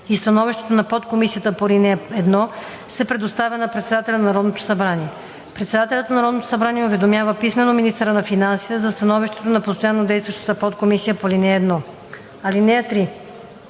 и становището на подкомисията по ал. 1 се предоставя на председателя на Народното събрание. Председателят на Народното събрание уведомява писмено министъра на финансите за становището на постоянно действащата подкомисия по ал. 1. (3)